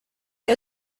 que